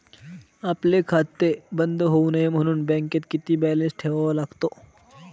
आपले खाते बंद होऊ नये म्हणून बँकेत किती बॅलन्स ठेवावा लागतो?